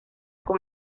con